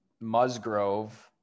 Musgrove